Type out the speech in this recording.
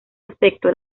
aspecto